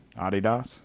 Adidas